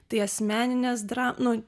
tai asmeninės dra nu